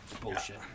bullshit